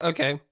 Okay